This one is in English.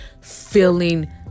feeling